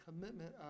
commitment